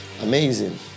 amazing